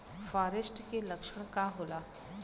फारेस्ट के लक्षण का होला?